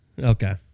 Okay